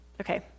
okay